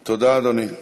תודה, אדוני.